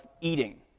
eating